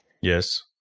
Yes